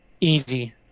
Easy